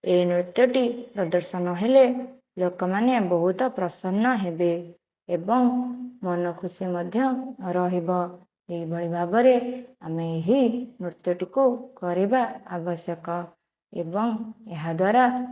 ଏହି ନୃତ୍ୟଟି ପ୍ରଦର୍ଶନ ହେଲେ ଲୋକମାନେ ବହୁତ ପ୍ରସନ୍ନ ହେବେ ଏବଂ ମନ ଖୁସି ମଧ୍ୟ ରହିବ ଏହିଭଳି ଭାବରେ ଆମେ ଏହି ନୃତ୍ୟଟିକୁ କରିବା ଆବଶ୍ୟକ ଏବଂ ଏହାଦ୍ୱାରା